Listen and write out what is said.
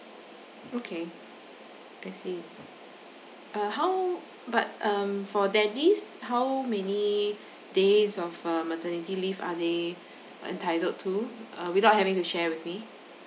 okay I see uh how but um for daddies how many days of uh maternity leave are they uh entitled to uh without having to share with me